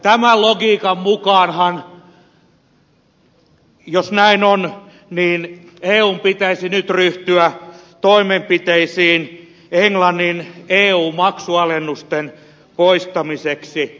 tämän logiikan mukaanhan jos näin on eun pitäisi nyt ryhtyä toimenpiteisiin englannin eu maksualennusten poistamiseksi